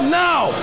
now